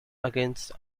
against